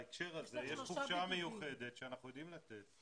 בהקשר הזה יש חופשה מיוחדת שאנחנו יודעים לתת.